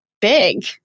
big